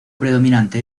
predominante